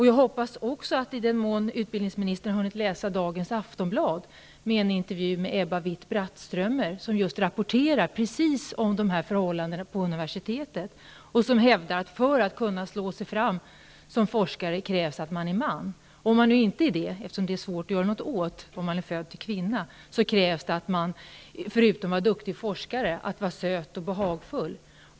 Jag hoppas också att utbildningsministern har hunnit läsa dagens Aftonblad med en intervju med Ebba Witt-Brattström. Hon rapporterar om just de här förhållandena på universitetet. Hon hävdar att det för att kunna slå sig fram som forskare krävs att man är man. Om man inte är det, eftersom det är svårt att göra något åt att man är född till kvinna, krävs det att man, förutom att man är duktig forskare, är söt och behagfull.